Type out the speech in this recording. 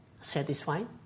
satisfied